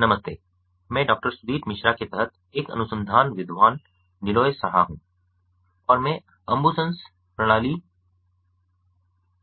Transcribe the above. नमस्ते मैं डॉक्टर सुदीप मिश्रा के तहत एक अनुसंधान विद्वान नीलॉय साहा हूं और मैं अंबुन्स प्रणाली